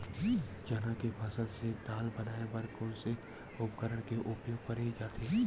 चना के फसल से दाल बनाये बर कोन से उपकरण के उपयोग करे जाथे?